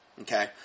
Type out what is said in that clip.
Okay